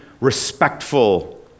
respectful